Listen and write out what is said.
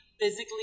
physically